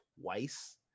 twice